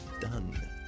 done